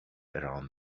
around